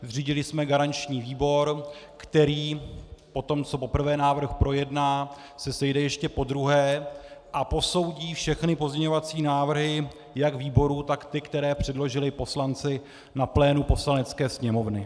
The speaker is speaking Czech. Zřídili jsme garanční výbor, který potom, co poprvé návrh projedná, se sejde ještě podruhé a posoudí všechny pozměňovací návrhy jak výboru, tak ty, které předložili poslanci na plénu Poslanecké sněmovny.